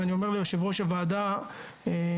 ואני אומר ליושב ראש הוועדה שיידע,